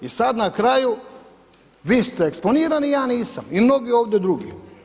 I sad na kraju vi ste eksponirani, ja nisam i mnogi ovdje drugi.